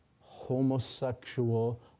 homosexual